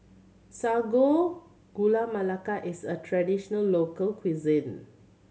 Sago Gula Melaka is a traditional local cuisine